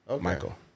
Michael